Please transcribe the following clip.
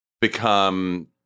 become